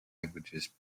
languages